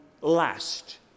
last